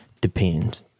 depends